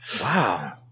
Wow